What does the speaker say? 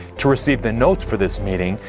to receive the notes for this meeting,